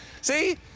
See